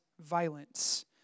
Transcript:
violence